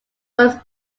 was